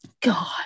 God